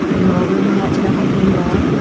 nor will you not tell me who you are?